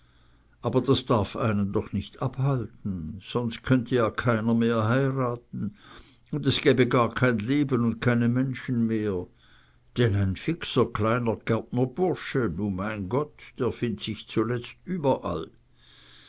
aber das darf einen doch nicht abhalten sonst könnte ja keiner mehr heiraten und es gäbe gar kein leben und keine menschen mehr denn ein kleiner fixer gärtnerbursche nu mein gott der find't sich zuletzt überall